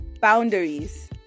boundaries